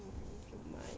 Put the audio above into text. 我就卖